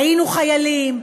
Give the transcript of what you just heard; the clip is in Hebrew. היינו חיילים,